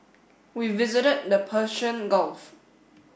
we visited the Persian Gulf